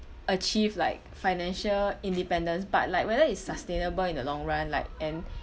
achieve like financial independence but like whether is sustainable in the long run like and